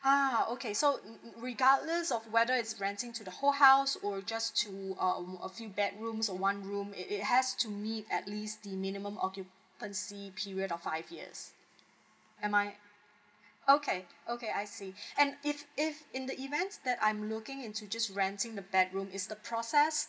ah okay so re~ regardless of whether it's renting to the whole house or just to uh a few bedrooms or one room it has to meet at least the minimum occupancy period of five years am I okay okay I see and if if in the event that I'm looking into just renting the bedroom is the process